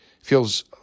feels